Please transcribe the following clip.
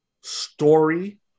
story